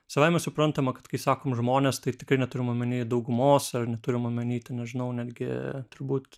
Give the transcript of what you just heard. savaime suprantama kad kai sakom žmonės tai tikrai neturim omeny daugumos ar neturim omeny ten nežinau netgi turbūt